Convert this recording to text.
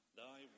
thy